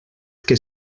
que